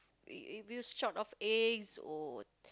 if if you short of eggs or